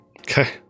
Okay